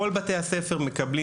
כל בתי הספר מקבלים,